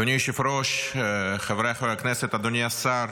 אדוני היושב-ראש, חבריי חברי הכנסת, אדוני השר,